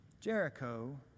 Jericho